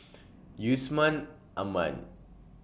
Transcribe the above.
Yusman Aman